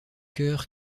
cœur